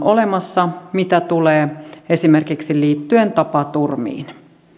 olemassa mitä tulee esimerkiksi tapaturmiin